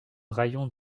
raïon